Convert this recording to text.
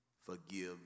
forgive